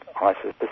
isis